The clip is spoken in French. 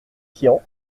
tian